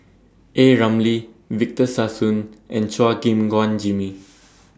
A Ramli Victor Sassoon and Chua Gim Guan Jimmy